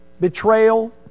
betrayal